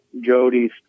Jody's